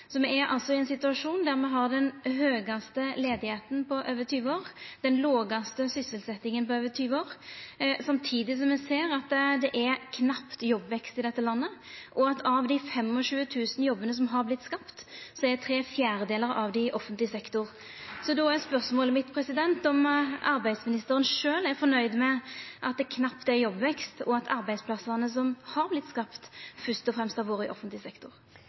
så beklageleg at regjeringa lukkast såpass dårleg med å bidra til at det vert skapt nye arbeidsplassar. Me er altså i ein situasjon der me har den høgaste ledigheita på over 20 år, den lågaste sysselsetjinga på over 20 år, samtidig som ein ser at det knapt er jobbvekst i dette landet, og at av dei 25 000 jobbane som har vorte skapte, er tre firedelar av dei i offentleg sektor. Då er spørsmålet mitt om arbeidsministeren sjølv er nøgd med at det knapt er jobbvekst og at dei arbeidsplassane som har vorte skapte, fyrst og fremst har